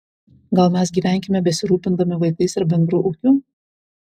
gal mes gyvenkime besirūpindami vaikais ir bendru ūkiu